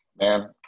Man